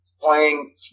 playing